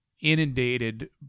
inundated